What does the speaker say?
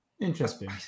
interesting